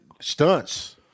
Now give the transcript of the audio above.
Stunts